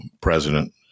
President